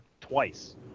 twice